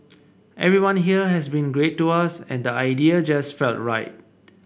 everyone here has been great to us and the idea just felt right